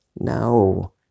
No